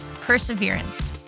Perseverance